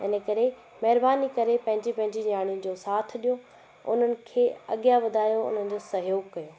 इन करे महिरबानी करे पंहिंजी पंहिंजी नियाणियुनि जो साथ ॾियो उन्हनि खे अॻियां वधायो उन्हनि जो सहयोग कयो